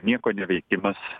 nieko neveikimas